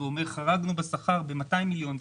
ואומר: חרגנו בשכר ב-200 מיליון,